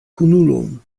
kunulon